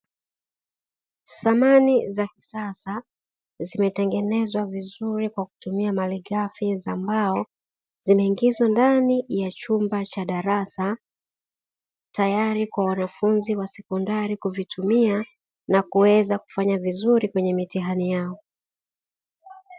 Samani za kisasa zimetengenezwa vizuri kwa kutumia marighafi za mbao, zimeingizwa ndani ya chumba cha darasa tayari kwa wanafunzi wa sekondari kuvitumia na kuweza kufanya vizuri kwenye mitihani yao.